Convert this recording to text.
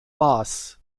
maß